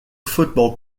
football